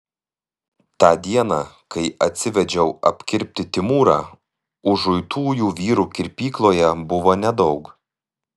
tą dieną kai atsivedžiau apkirpti timūrą užuitųjų vyrų kirpykloje buvo nedaug